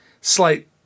slight